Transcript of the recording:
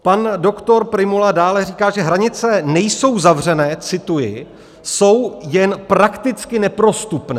Pan doktor Prymula dále říká, že hranice nejsou zavřené cituji jsou jen prakticky neprostupné.